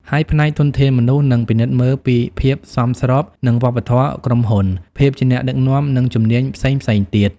ហើយផ្នែកធនធានមនុស្សនឹងពិនិត្យមើលពី ភាពសមស្របនឹងវប្បធម៌ក្រុមហ៊ុន ភាពជាអ្នកដឹកនាំ និងជំនាញផ្សេងៗទៀត។